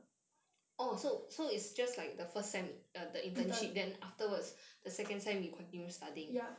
intern ya